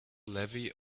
levy